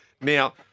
Now